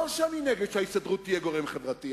לא שאני נגד שההסתדרות תהיה גורם חברתי,